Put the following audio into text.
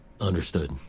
Understood